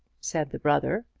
said the brother.